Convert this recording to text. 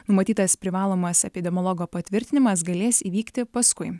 numatytas privalomas epidemiologo patvirtinimas galės įvykti paskui